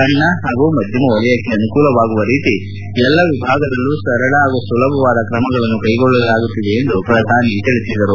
ಸಣ್ಣ ಹಾಗೂ ಮಧ್ಣಮ ವಲಯಕ್ಕೆ ಅನುಕೂಲವಾಗುವ ರೀತಿ ಎಲ್ಲಾ ವಿಭಾಗದಲ್ಲೂ ಸರಳ ಹಾಗೂ ಸುಲಭವಾದ ಕ್ರಮಗಳನ್ನು ಕೈಗೊಳ್ಳಲಾಗುತ್ತಿದೆ ಎಂದು ಅವರು ಹೇಳಿದರು